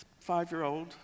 five-year-old